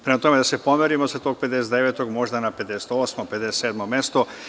Prema tome, da se pomerimo sa tog 59, možda na 58, 57. mesto.